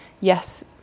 yes